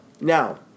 Now